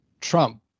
Trump